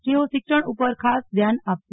જેઓ શિક્ષણ ઉપર ખાસ ધ્યાન આપશે